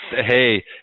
hey